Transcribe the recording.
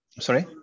Sorry